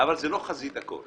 אבל זה לא חזית הכול.